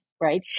right